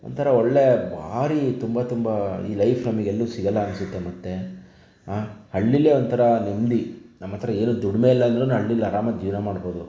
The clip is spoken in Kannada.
ಒಂಥರ ಒಳ್ಳೆಯ ಭಾರಿ ತುಂಬ ತುಂಬ ಈ ಲೈಫ್ ನಮಗೆಲ್ಲೂ ಸಿಗಲ್ಲ ಅನಿಸುತ್ತೆ ಮತ್ತೆ ಹಾಂ ಹಳ್ಳಿಯಲ್ಲೇ ಒಂಥರ ನೆಮ್ಮದಿ ನಮ್ಮ ಹತ್ರ ಏನೂ ದುಡಿಮೆ ಇಲ್ಲಾಂದರೂನು ಹಳ್ಳೀಲಿ ಆರಾಮಾಗಿ ಜೀವನ ಮಾಡ್ಬೋದು